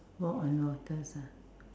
walk on waters ah